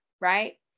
right